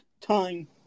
time